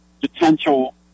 potential